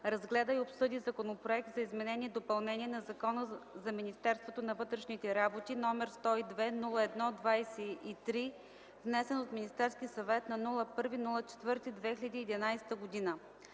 разгледа и обсъди Законопроект за изменение и допълнение на Закона за Министерството на вътрешните работи, № 102-01-23, внесен от Министерски съвет на 01.04.2011 г.